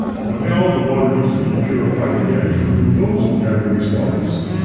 but now the water needs to be purified again to remove those organic waste products.